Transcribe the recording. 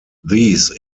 these